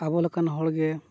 ᱟᱵᱚ ᱞᱮᱠᱟᱱ ᱦᱚᱲᱜᱮ